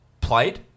played